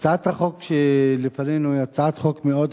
הצעת החוק שלפנינו היא הצעת חוק מאוד פשוטה,